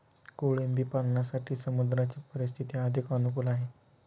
कोळंबी पालनासाठी समुद्राची परिस्थिती अधिक अनुकूल आहे